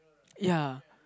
ya